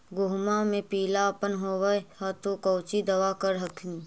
गोहुमा मे पिला अपन होबै ह तो कौची दबा कर हखिन?